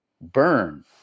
burn